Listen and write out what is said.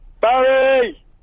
Barry